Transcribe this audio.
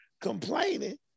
complaining